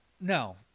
no